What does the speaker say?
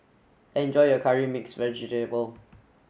enjoy your curry mixed vegetable